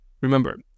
Remember